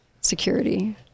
Security